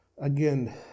Again